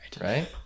right